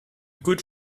good